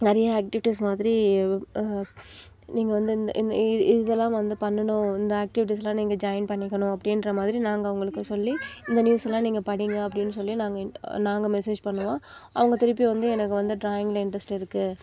நிறைய ஆக்டிவிட்டீஸ் மாதிரி நீங்கள் வந்து இந்த இந்த இதெல்லாம் வந்து பண்ணணும் இந்த ஆக்டிவிட்டீஸ்லாம் நீங்கள் ஜாயின் பண்ணிக்கணும் அப்படின்ற மாதிரி நாங்கள் அவங்களுக்கு சொல்லி இந்த நியூஸெல்லாம் நீங்கள் படிங்க அப்படின்னு சொல்லி நாங்கள் நாங்கள் மெசேஜ் பண்ணுவோம் அவங்க திருப்பியும் வந்து எனக்கு வந்து ட்ராயிங்கில் இன்ட்ரஸ்ட் இருக்கு